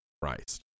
Christ